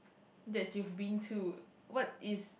that you've been to what is